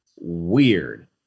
weird